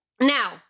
Now